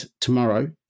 tomorrow